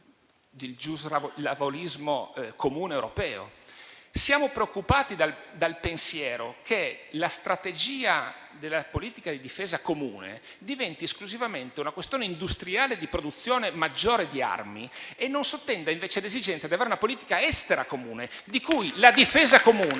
Siamo preoccupati dal pensiero che la strategia della politica di difesa comune diventi esclusivamente una questione industriale di produzione maggiore di armi e non sottenda invece l'esigenza di avere una politica estera comune, di cui la difesa comune